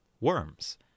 Worms